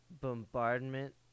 bombardment